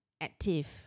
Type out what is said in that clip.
active